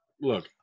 look